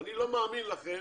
אני לא מאמין לכם,